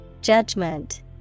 Judgment